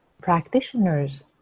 practitioners